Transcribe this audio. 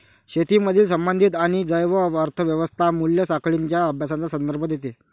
शेतीमधील संबंधित आणि जैव अर्थ व्यवस्था मूल्य साखळींच्या अभ्यासाचा संदर्भ देते